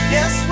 Yes